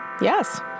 yes